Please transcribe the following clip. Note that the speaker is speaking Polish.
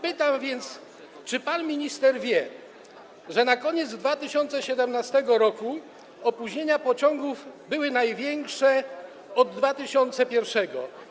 Pytam więc: Czy pan minister wie, że na koniec 2017 r. opóźnienia pociągów były największe od 2001 r.